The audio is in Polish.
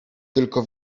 tylko